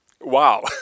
Wow